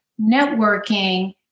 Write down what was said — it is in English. Networking